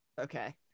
Okay